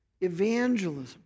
Evangelism